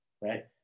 right